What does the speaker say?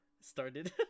started